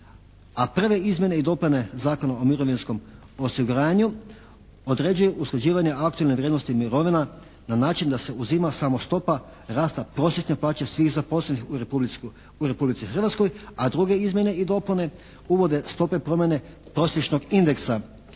a prve izmjene i dopune Zakona o mirovinskom osiguranju određuje usklađivanje aktualne vrijednosti mirovina na način da se uzima samo stopa rasta prosječne plaće svih zaposlenih u Republici Hrvatskoj, a druge izmjene i dopune uvode stope promjene prosječnog indeksa